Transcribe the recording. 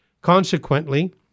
Consequently